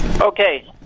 Okay